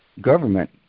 government